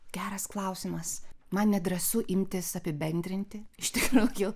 geras klausimas man nedrąsu imtis apibendrinti iš tikrųjų